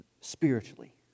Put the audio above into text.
spiritually